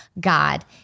God